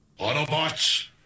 Autobots